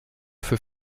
für